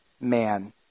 man